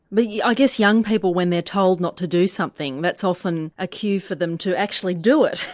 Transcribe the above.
but yeah i guess young people when they're told not to do something that's often a cue for them to actually do it.